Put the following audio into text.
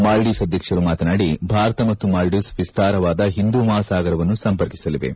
ಮಾಲ್ಲೀವ್ ಅಧ್ಯಕ್ಷರು ಮಾತನಾಡಿ ಭಾರತ ಮತ್ತು ಮಾಲ್ಲೀವ್ ವಿಸ್ತಾರವಾದ ಹಿಂದೂಮಹಾಸಾಗರವನ್ನು ಸಂಪರ್ಕಿಸಲಿವೆ